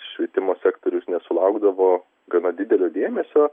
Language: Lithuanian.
švietimo sektorius nesulaukdavo gana didelio dėmesio